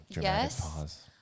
Yes